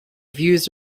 views